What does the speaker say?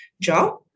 job